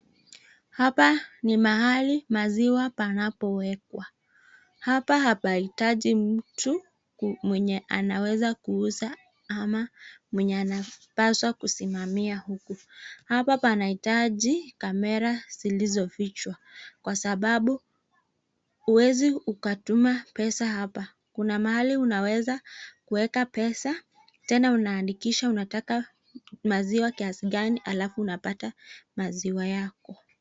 Hapa ni pahali maziwa panapowekwa hapa inahitaji mtu ambaye anaweza kuuza ama mwenye anapaswa kusimamia huku hapa panahitaji camera zilizofichwa kwa sababu hauwezi ukatuma hapa Kuna mahali unaweza unaweka pesa tena Kuna mahali unaweza weka maziwa kiasi fulani alafu unapata maziwa yako.